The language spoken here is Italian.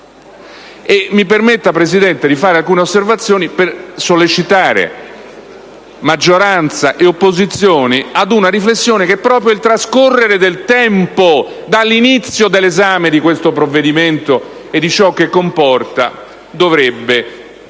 Mi permetta, signor Presidente, di fare alcune osservazioni per sollecitare maggioranza e opposizioni ad una riflessione che proprio il trascorrere del tempo dall'inizio dell'esame di questo provvedimento, con ciò che comporta, dovrebbe favorire.